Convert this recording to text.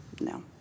No